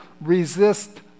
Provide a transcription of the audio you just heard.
resist